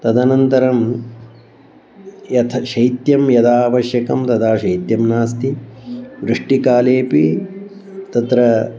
तदनन्तरं यथा शैत्यं यदा आवश्यकं तदा शैत्यं नास्ति वृष्टिकालेपि तत्र